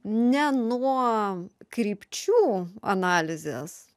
ne nuo krypčių analizės